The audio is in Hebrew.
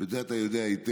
ואת זה אתה יודע היטב,